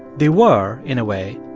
they were, in a way,